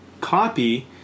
copy